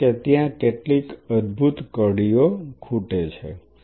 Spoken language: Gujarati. કારણ કે ત્યાં કેટલીક અદભૂત કડીઓ ખૂટે છે